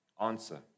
Answer